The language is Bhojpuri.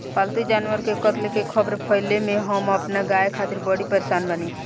पाल्तु जानवर के कत्ल के ख़बर फैले से हम अपना गाय खातिर बड़ी परेशान बानी